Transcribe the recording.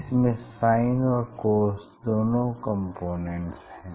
इसमें sin और cos दोनों कंपोनेंट्स हैं